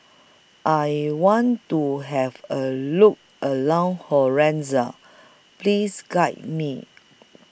I want to Have A Look around Honiara Please Guide Me